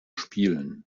spielen